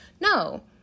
No